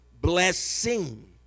blessing